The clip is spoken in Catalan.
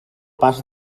pas